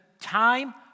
time